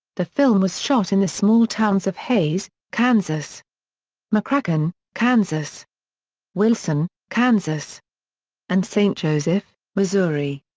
the film was shot in the small towns of hays, kansas mccracken, kansas wilson, kansas and st. joseph, missouri.